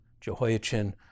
Jehoiachin